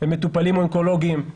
ומטופלים אונקולוגיים.